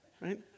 right